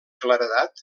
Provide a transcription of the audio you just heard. claredat